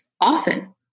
often